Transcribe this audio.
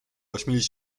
ośmielić